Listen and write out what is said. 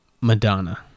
Madonna